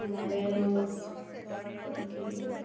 आमाडे रोस मागीर